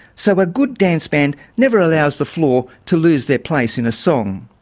so a good dance band never allows the floor to lose their place in a song.